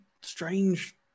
strange